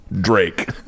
Drake